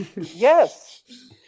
Yes